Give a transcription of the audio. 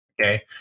okay